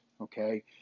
okay